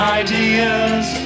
ideas